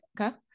okay